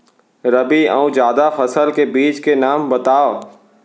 रबि अऊ जादा फसल के बीज के नाम बताव?